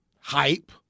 hype